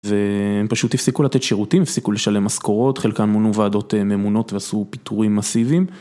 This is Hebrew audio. והם פשוט הפסיקו לתת שירותים, הפסיקו לשלם משכורות, חלקם מונו וועדות ממונות ועשו פיטורים מסיביים.